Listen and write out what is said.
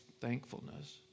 thankfulness